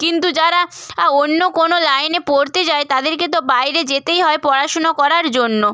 কিন্তু যারা অন্য কোনো লাইনে পড়তে যায় তাদেরকে তো বাইরে যেতেই হয় পড়াশুনো করার জন্য